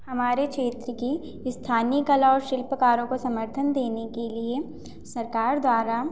हमारे क्षेत्र की स्थानीय कला और शिल्पकारों को समर्थन देने के लिए सरकार द्वारा